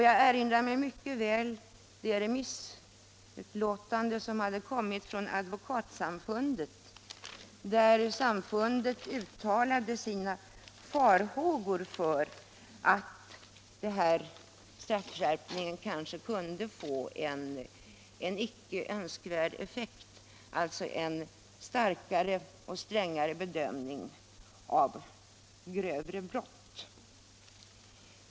Jag erinrar mig mycket väl det remissutlåtande som hade kommit från Advokatsamfundet, där samfundet uttalade sina farhågor för att denna straffskärpning kanske kunde få en icke önskvärd effekt, alltså en starkare och strängare bedömning av grövre brott.